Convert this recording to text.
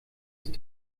ist